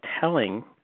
telling